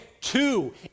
two